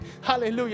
Hallelujah